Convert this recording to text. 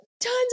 tons